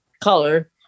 color